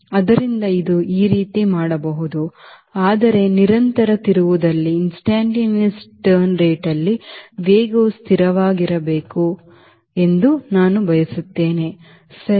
ಆದ್ದರಿಂದ ಇದು ಈ ರೀತಿ ಮಾಡಬಹುದು ಆದರೆ ನಿರಂತರ ತಿರುವು ದರದಲ್ಲಿ ವೇಗವು ಸ್ಥಿರವಾಗಿರಬೇಕು ಎಂದು ನಾವು ಬಯಸುತ್ತೇವೆ ಸರಿ